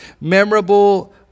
memorable